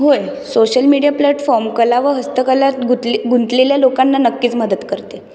होय social media platform कला व हस्तकलात गुत गुंतलेल्या लोकांना नक्कीच मदत करते